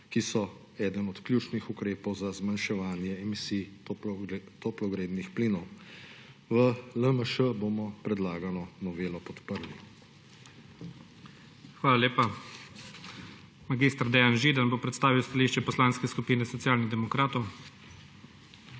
ki so eden od ključnih ukrepov za zmanjševanje emisij toplogrednih plinov. V LMŠ bomo predlagano novelo podprli. **PREDSEDNIK IGOR ZORČIČ:** Hvala lepa. Mag. Dejan Židan bo predstavil stališče Poslanske skupine Socialnih demokratov.